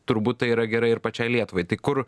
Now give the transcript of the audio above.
turbūt tai yra gerai ir pačiai lietuvai tai kur